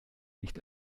nicht